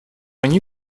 они